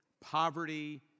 poverty